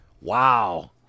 Wow